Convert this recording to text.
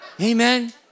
amen